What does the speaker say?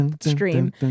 stream